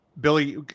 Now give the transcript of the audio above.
Billy